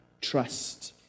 trust